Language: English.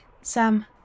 Sam